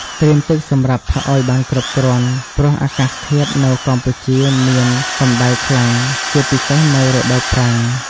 ត្រៀមទឹកសម្រាប់ផឹកឲ្យបានគ្រប់គ្រាន់ ព្រោះអាកាសធាតុនៅកម្ពុជាមានកម្ដៅខ្លាំង ជាពិសេសនៅរដូវប្រាំង។